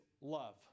love